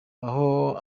aho